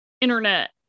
internet